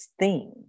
theme